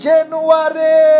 January